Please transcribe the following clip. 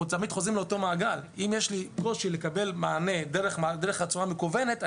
אנחנו תמיד חוזרים לאותו מעגל אם יש לנו קושי לקבל מענה בצורה מקוונת,